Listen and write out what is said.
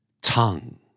Tongue